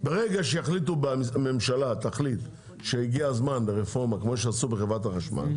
ברגע שהממשלה תחליט שהגיע הזמן לרפורמה כמו שעשו בחברת החשמל,